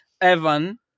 Evan